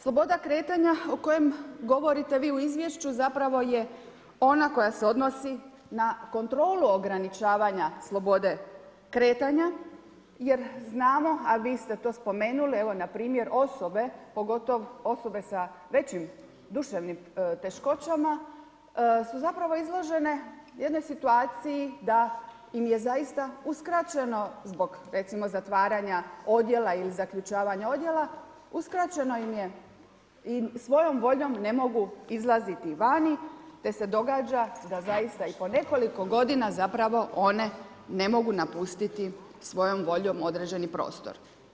Sloboda kretanja o kojem govorite vi u izvješću je zapravo je ona koja se odnosi na kontrolu ograničavanja slobode kretanja, jer znamo, a vi ste to spomenule, evo npr. osobe, pogotovo osobe sa većim duševnim teškoćama, su zapravo izložene jednoj situaciji, da su zaista uskraćeno zbog recimo zatvaranja odjela i zaključavanja odjela, uskraćeno im je i svojom voljom ne mogu izlaziti vani, te se događa, da zaista i po nekoliko godina zapravo one ne mogu napustiti svojom voljom određeni prostor.